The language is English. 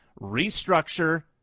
Restructure